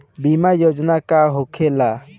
बीमा योजना का होखे ला?